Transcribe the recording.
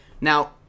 Now